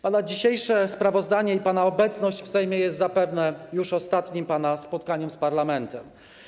Pana dzisiejsze sprawozdanie i pana obecność w Sejmie są zapewne już ostatnim pana spotkaniem z parlamentem.